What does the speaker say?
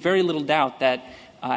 very little doubt that